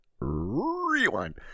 Rewind